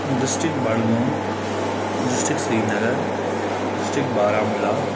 district Budgam district Srinagar district Baramulla